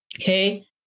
Okay